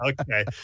Okay